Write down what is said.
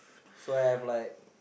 so I have like